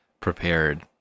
prepared